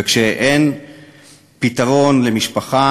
וכשאין פתרון למשפחה,